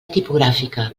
tipogràfica